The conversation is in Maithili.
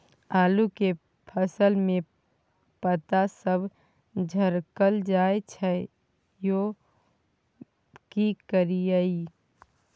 आलू के फसल में पता सब झरकल जाय छै यो की करियैई?